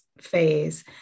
phase